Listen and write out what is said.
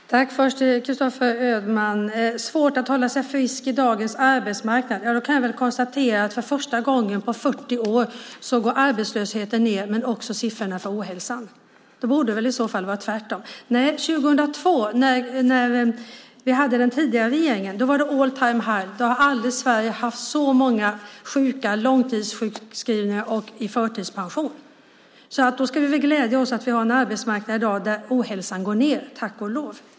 Herr talman! Först till Christopher Ödmann, som säger att det är svårt att hålla sig frisk på dagens arbetsmarknad. Då kan jag konstatera att för första gången på 40 år går arbetslösheten ned men också siffrorna för ohälsan. Det borde väl i så fall vara tvärtom. Nej, 2002, när vi hade den tidigare regeringen, var det all-time-high - aldrig har Sverige haft så många sjuka, långtidssjukskrivna och i förtidspension. Då ska vi glädja oss åt att vi i dag har en arbetsmarknad där ohälsan går ned, tack och lov.